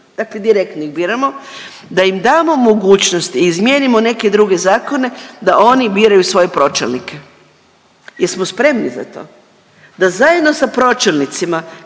dakle direktno ih biramo, da im damo mogućnost i izmijenimo neke druge zakone da oni biraju svoje pročelnike. Jesmo spremni za to? Da zajedno sa pročelnicima